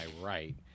right